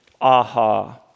aha